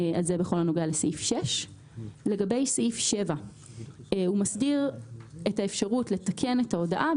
לסעיף 7. הסעיף מסדיר את האפשרות לתקן את ההודעה.